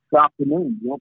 afternoon